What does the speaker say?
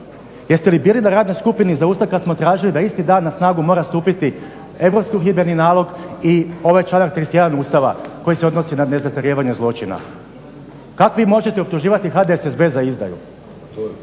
Jeste li bili na radnoj skupini za Ustav kad smo tražili da isti dana na snagu mora stupiti Europski uhidbeni nalog i ovaj članak 31 Ustava koji se odnosi na ne zastarijevanje zločina. Kako vi možete optuživati HDSSB za izdaju?